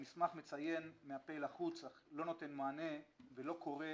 המסמך מציין מהפה לחוץ אך לא נותן מענה ולא קורא